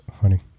honey